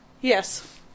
Yes